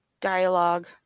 dialogue